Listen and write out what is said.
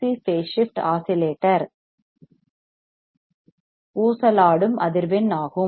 C phase shift oscillator ஊசலாடும் அதிர்வெண் ஆகும்